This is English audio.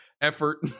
effort